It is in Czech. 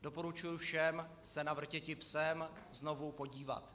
Doporučuji všem se na Vrtěti psem znovu podívat.